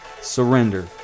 surrender